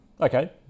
Okay